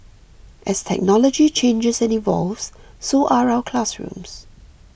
as technology changes and evolves so are our classrooms